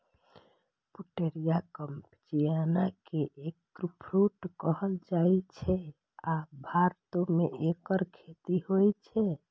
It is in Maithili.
पुटेरिया कैम्पेचियाना कें एगफ्रूट कहल जाइ छै, आ भारतो मे एकर खेती होइ छै